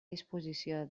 disposició